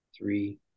three